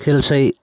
খেল চাই